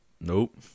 Nope